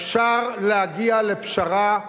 אפשר להגיע לפשרה,